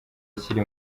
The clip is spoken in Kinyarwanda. akiri